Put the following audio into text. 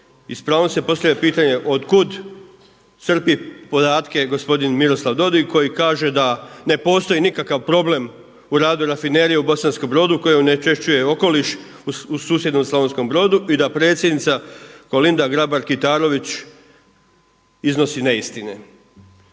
I s pravom se postavlja pitanje od kud crpi podatke gospodin Miroslav Dodig koji kaže da ne postoji nikakav problem u radu Rafinerije u Bosanskom Brodu koja onečišćuje okoliš u susjednom Slavonskom Brodu i da predsjednika Kolinda Grabar Kitarović iznosi neistine